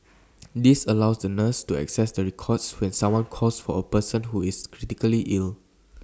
this allows the nurses to access the records when someone calls for A person who is critically ill